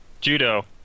judo